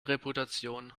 reputation